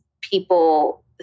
people